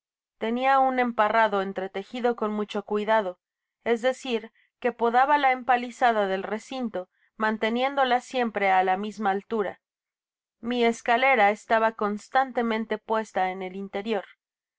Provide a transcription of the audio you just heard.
tenia un emparrado entretejido con mucho cuidado es decir que podaba la empalizada del recinto manteniéndola siempre á la misma altura mi escalera estaba constantemente puesta en el interior